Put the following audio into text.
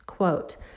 quote